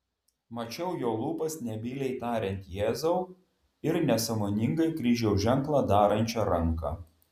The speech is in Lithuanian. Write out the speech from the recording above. mačiau jo lūpas nebyliai tariant jėzau ir nesąmoningai kryžiaus ženklą darančią ranką